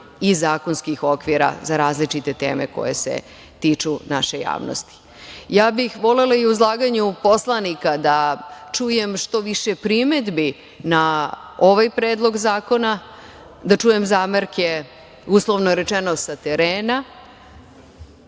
i zakonskih okvira za različite teme koje se tiču naše javnosti. Ja bih volela i u izlaganju poslanika da čujem što više primedbi na ovaj predlog zakona, da čujem zamerke, uslovno rečeno, sa terena